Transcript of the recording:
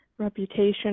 Reputation